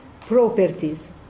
properties